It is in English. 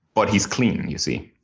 but he's clean, you see.